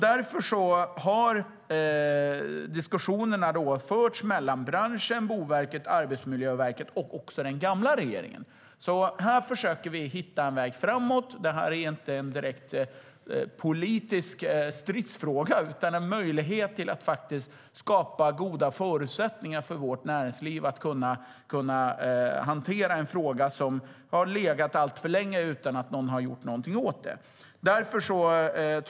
Därför har diskussionerna förts mellan branschen, Boverket, Arbetsmiljöverket och den gamla regeringen. Här försöker vi hitta en väg framåt. Det är inte direkt en politisk stridsfråga, utan det finns en möjlighet att skapa goda förutsättningar för vårt näringsliv att kunna hantera en fråga som har legat alltför länge utan att någon har gjort någonting åt den.